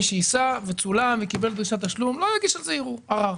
מי שייסע וצולם וקיבל דרישת תשלום לא יגיש על זה ערר.